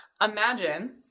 imagine